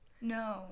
no